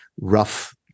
rough